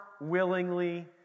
willingly